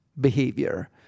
behavior